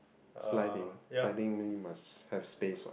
sliding sliding mini must have space